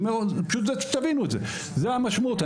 תבינו, זאת המשמעות.